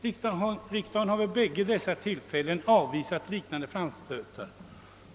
Riksdagen har vid båda dessa tillfällen avvisat liknande framstötar.